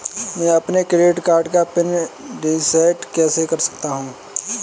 मैं अपने credit card का पिन रिसेट कैसे कर सकता हूँ?